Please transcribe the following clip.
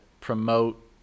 promote